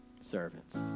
servants